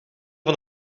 van